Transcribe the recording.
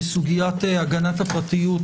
בסוגיית הגנת הפרטיות,